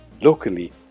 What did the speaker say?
locally